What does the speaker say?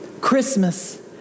Christmas